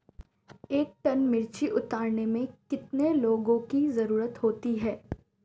एक टन मिर्ची उतारने में कितने लोगों की ज़रुरत होती है?